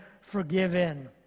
forgiven